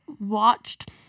watched